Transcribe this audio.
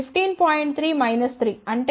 3 3 అంటే ఇది 12